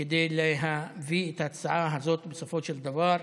כדי להביא את ההצעה הזאת בסופו של דבר,